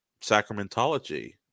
sacramentology